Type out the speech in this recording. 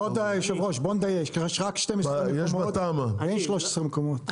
אז בואו נסכם דבר כזה: יש מישהו שלא ב-13 המקומות האלה?